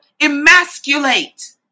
emasculate